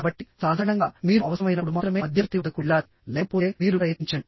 కాబట్టి సాధారణంగా మీరు అవసరమైనప్పుడు మాత్రమే మధ్యవర్తి వద్దకు వెళ్లాలి లేకపోతే మీరు ప్రయత్నించండి